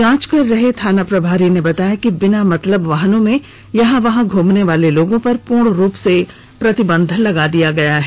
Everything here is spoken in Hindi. जांच कर रहे थाना प्रभारी ने बताया कि बिना मतलब वाहनों में यहां वहां घूमने वाले लोगों पर पूर्ण रूप से प्रतिबंध लगा दिया गया है